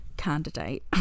Candidate